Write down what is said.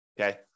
okay